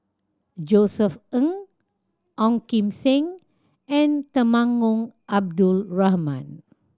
Josef Ng Ong Kim Seng and Temenggong Abdul Rahman